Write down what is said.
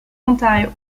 ontario